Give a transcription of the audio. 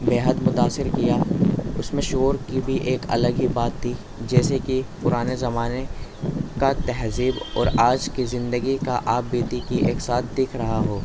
بےحد متاثر کیا اس میں شور کی بھی ایک الگ ہی بات تھی جیسے کہ پرانے زمانے کا تہذیب اور آج کی زندگی کا آپ بیتی کی ایک ساتھ دکھ رہا ہو